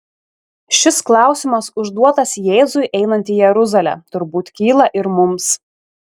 šis klausimas užduotas jėzui einant į jeruzalę turbūt kyla ir mums